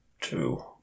two